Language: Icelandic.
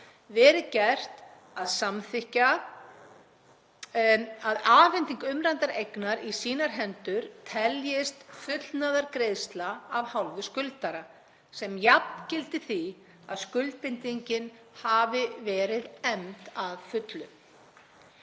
verði gert að samþykkja að afhending umræddrar eignar í sínar hendur teljist fullnaðargreiðsla af hálfu skuldara sem jafngildi því að skuldbindingin hafi verið efnd að fullu.